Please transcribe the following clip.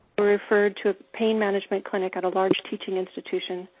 referred to a pain management clinic at a large teaching institution.